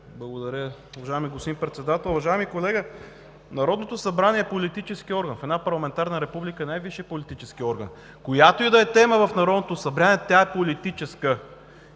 Благодаря, уважаеми господин Председател. Уважаеми колега, Народното събрание е политически орган – в една парламентарна република е най-висшият политически орган. Която и да е тема в Народното събрание, е политическа.